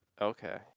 Okay